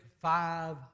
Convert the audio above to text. five